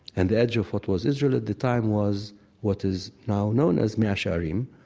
and the edge of what was israel at the time was what is now known as mea shearim,